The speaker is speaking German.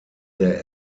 der